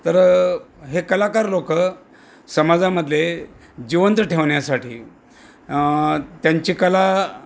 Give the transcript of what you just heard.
तर हे कलाकार लोकं समाजामधले जिवंत ठेवण्यासाठी त्यांची कला